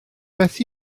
beth